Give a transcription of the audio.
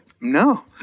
no